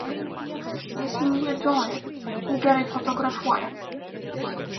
jis myli džoją ji gerai fotografuoja